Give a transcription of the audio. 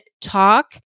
talk